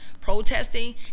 protesting